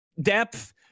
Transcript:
depth